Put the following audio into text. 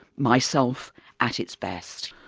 myself at its best.